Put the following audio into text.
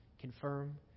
confirm